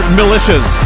militias